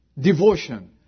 devotion